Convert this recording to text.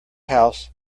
house